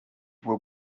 will